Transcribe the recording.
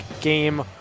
game